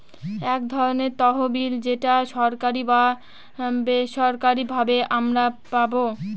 এক ধরনের তহবিল যেটা সরকারি বা বেসরকারি ভাবে আমারা পাবো